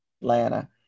Atlanta